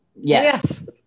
yes